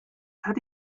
hätte